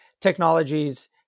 technologies